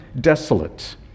desolate